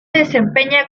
desempeña